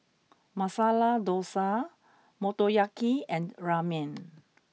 Masala Dosa Motoyaki and Ramen